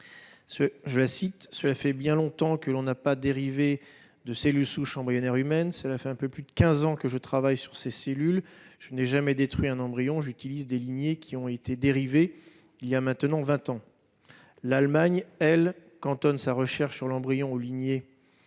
:« Cela fait bien longtemps que l'on n'a pas dérivé de cellules souches embryonnaires humaines. Cela fait un peu plus de 15 ans que je travaille sur ces cellules. Je n'ai jamais détruit un embryon. J'utilise des lignées qui ont été dérivées voilà maintenant 20 ans. L'Allemagne, elle, cantonne sa recherche sur l'embryon aux lignées